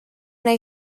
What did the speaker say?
neu